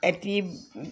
এটি